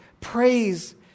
praise